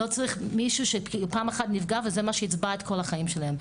לא צריך מישהו שפעם אחד נפגע וזה מה שייצבע את כל החיים שלהם.